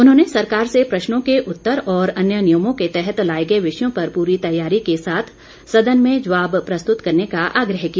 उन्होंने सरकार से प्रश्नों के उत्तर और अन्य नियमों के तहत लाए गए विषयों पर पूरी तैयारी के साथ सदन में जवाब प्रस्तुत करने का आग्रह किया